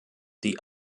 die